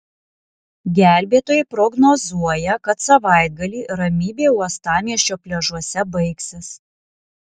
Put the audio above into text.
gelbėtojai prognozuoja kad savaitgalį ramybė uostamiesčio pliažuose baigsis